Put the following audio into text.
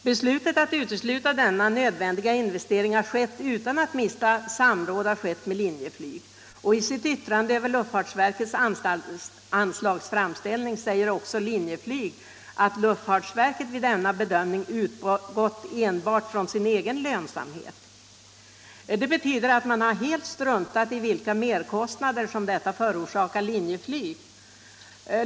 Beslutet att utesluta denna nödvändiga investering har fattats utan minsta samråd med Linjeflyg. I sitt yttrande över luftfartsverkets anslagsframställning säger också Linjeflyg att luftfartsverket vid denna bedömning utgått enbart från sin egen lönsamhet. Man har alltså helt struntat i vilka merkostnader beslutet förorsakar Linjeflyg.